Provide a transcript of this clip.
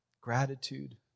gratitude